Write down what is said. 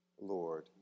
Lord